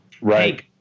Right